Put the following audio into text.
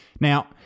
Now